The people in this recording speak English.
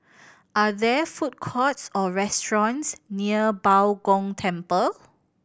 are there food courts or restaurants near Bao Gong Temple